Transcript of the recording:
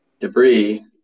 debris